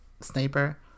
sniper